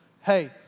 hey